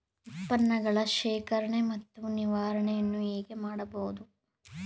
ಉತ್ಪನ್ನಗಳ ಶೇಖರಣೆ ಮತ್ತು ನಿವಾರಣೆಯನ್ನು ಹೇಗೆ ಮಾಡಬಹುದು?